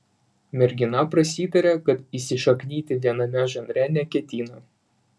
mergina prasitarė kad įsišaknyti viename žanre neketina